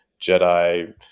Jedi